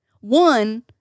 One